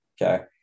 Okay